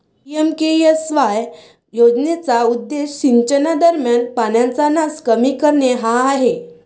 PMKSY योजनेचा उद्देश सिंचनादरम्यान पाण्याचा नास कमी करणे हा आहे